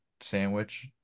sandwich